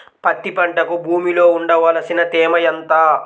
పత్తి పంటకు భూమిలో ఉండవలసిన తేమ ఎంత?